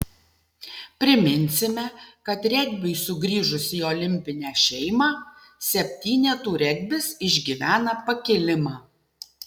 priminsime kad regbiui sugrįžus į olimpinę šeimą septynetų regbis išgyvena pakilimą